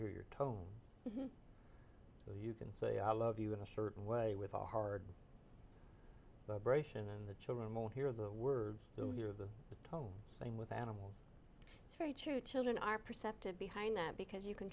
hear your tone so you can say i love you in a certain way with a hard the british and the children will hear the words of the tone same with animals it's very true children are perceptive behind that because you can